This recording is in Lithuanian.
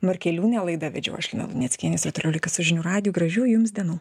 norkeliūnė laidą vedžiau aš lina luneckienės ir toliau likit su žinių radiju gražių jums dienų